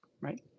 right